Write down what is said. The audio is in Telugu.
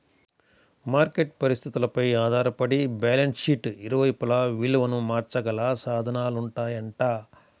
మార్కెట్ పరిస్థితులపై ఆధారపడి బ్యాలెన్స్ షీట్కి ఇరువైపులా విలువను మార్చగల సాధనాలుంటాయంట